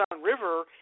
river